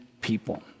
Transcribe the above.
people